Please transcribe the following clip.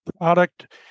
product